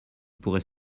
pourrait